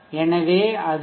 எனவே அது வி